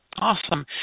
Awesome